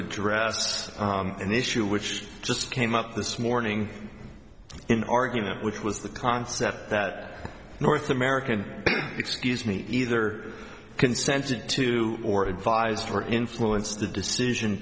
address an issue which just came up this morning in argument which was the concept that north american excuse me either consented to or advised or influence the decision